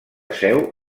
seu